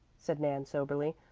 said nan soberly,